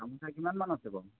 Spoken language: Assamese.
গামোচা কিমান মান আছে বাৰু